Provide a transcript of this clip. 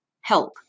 help